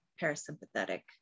parasympathetic